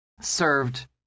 served